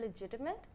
legitimate